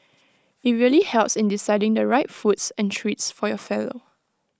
IT really helps in deciding the right foods and treats for your fellow